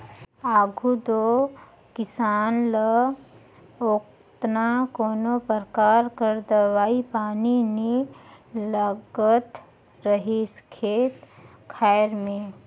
आघु दो किसान ल ओतना कोनो परकार कर दवई पानी नी लागत रहिस खेत खाएर में